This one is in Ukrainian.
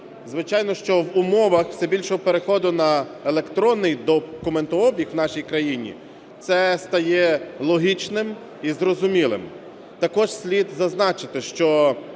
Звичайно, що в умовах все більшого переходу на електронний документообіг в нашій країні це стає логічним і зрозумілим. Також слід зазначити, що